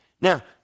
Now